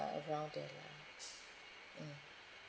around there lah mm